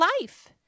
life